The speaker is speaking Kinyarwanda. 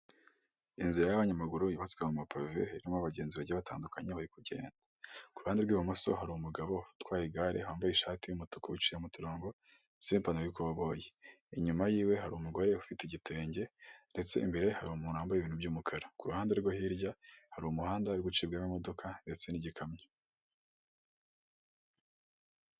Inzira y'abanyamaguru yubatswe mu mapave harimo abagenzi bagiye batandukanye bari kugenda kuruhande rw'ibumoso hari umugabo utwaye igare wambaye ishati y'umutuku wiciye mu turongo n'ipanaro y'ikoboyi inyuma yiwe hari umugore ufite igitenge ndetse imbere hari umuntu wambaye ibintu by'umukara kuruhande rwe hirya hari umuhanda uri gucibwamo n'imodoka ndetse n'igikamyo.